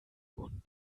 und